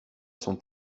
son